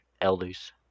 elders